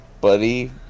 Buddy